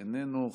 איננו,